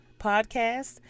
podcast